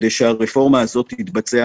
תתבצע